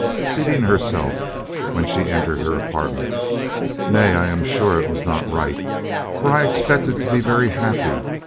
seating herself when she entered her apartment nay, i am sure it was not right for i expected to be very happy,